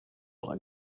aura